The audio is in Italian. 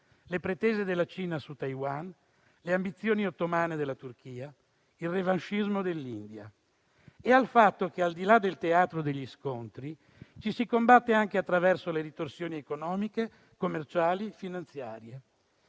le pretese della Cina su Taiwan, le ambizioni ottomane della Turchia, il revanscismo dell'India - e al fatto che, al di là del teatro degli scontri, ci si combatte anche attraverso le ritorsioni economiche, commerciali e finanziarie.